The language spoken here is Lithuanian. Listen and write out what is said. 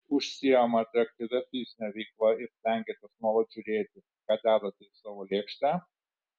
užsiimate aktyvia fizine veikla ir stengiatės nuolat žiūrėti ką dedate į savo lėkštę